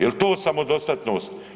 Jel to samodostatnost?